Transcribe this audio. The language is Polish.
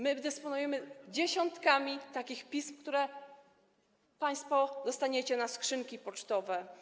My dysponujemy dziesiątkami takich pism, które państwo dostaniecie na skrzynki pocztowe.